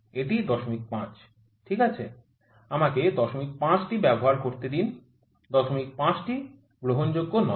এটি ০৫ ঠিক আছে আমাকে ০৫ টি ব্যবহার করতে দিন ০৫ টি গ্রহণযোগ্য নয়